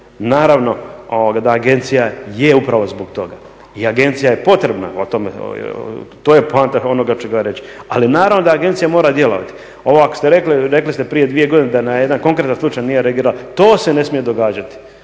Naravno, da agencija upravo zbog toga i agencija je potrebna, to je poanta onoga…, ali naravno da agencija mora djelovati. Ovo ako ste rekli, rekli ste prije dvije godine da na jedan konkretan slučaj nije reagirala, to se ne smije događati.